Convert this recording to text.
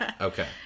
Okay